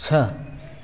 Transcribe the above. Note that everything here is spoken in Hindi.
छह